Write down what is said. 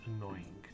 annoying